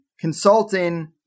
consulting